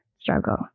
struggle